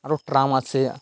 আরও ট্রাম আছে